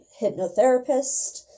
hypnotherapist